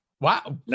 Wow